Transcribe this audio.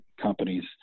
companies